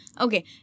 Okay